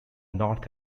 north